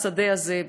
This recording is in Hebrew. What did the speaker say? בשדה הזה?